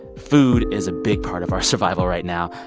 food is a big part of our survival right now.